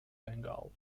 bengal